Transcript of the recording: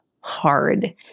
hard